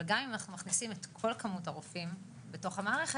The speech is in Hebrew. אבל גם אם אנחנו מכניסים את כל כמות הרופאים בתוך המערכת,